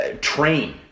train